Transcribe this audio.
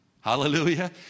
Hallelujah